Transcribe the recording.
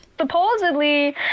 supposedly